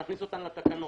נכניס אותם לתקנות.